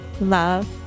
Love